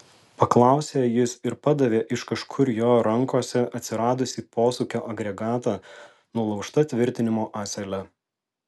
paklausė jis ir padavė iš kažkur jo rankose atsiradusį posūkio agregatą nulaužta tvirtinimo ąsele